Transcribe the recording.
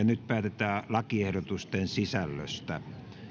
nyt päätetään lakiehdotusten sisällöstä